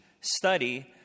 study